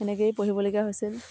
তেনেকেই পঢ়িবলগীয়া হৈছিল